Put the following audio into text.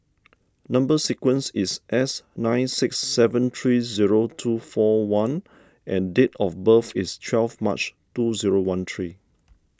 Number Sequence is S nine six seven three zero two four one and date of birth is twelve March two zero one three